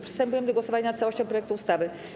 Przystępujemy do głosowania nad całością projektu ustawy.